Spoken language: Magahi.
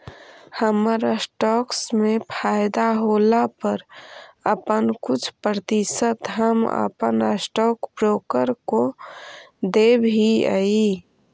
हमर स्टॉक्स में फयदा होला पर अपन कुछ प्रतिशत हम अपन स्टॉक ब्रोकर को देब हीअई